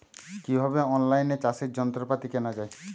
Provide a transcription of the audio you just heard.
কিভাবে অন লাইনে চাষের যন্ত্রপাতি কেনা য়ায়?